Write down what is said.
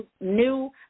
new